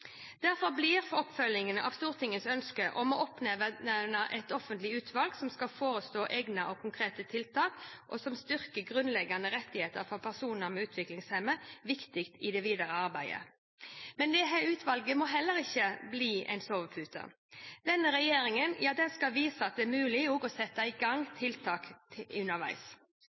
Derfor blir oppfølgingen av Stortingets ønske om å oppnevne et offentlig utvalg som skal foreslå egnede og konkrete tiltak som styrker grunnleggende rettigheter for personer med utviklingshemning, viktig i det videre arbeidet. Men dette utvalget må ikke bli en sovepute. Denne regjeringen skal vise at det er mulig å sette i gang tiltak underveis.